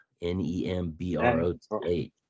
N-E-M-B-R-O-T-H